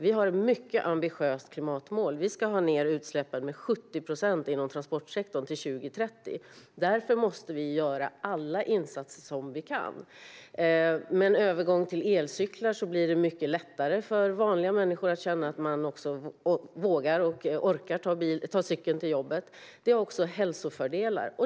Vi har ett mycket ambitiöst klimatmål - vi ska ha ned utsläppen med 70 procent inom transportsektorn till 2030. Därför måste vi göra alla insatser som vi kan. Med en övergång till elcyklar blir det mycket lättare för vanliga människor, så att de känner att de vågar och orkar ta cykeln till jobbet. Det ger också hälsofördelar.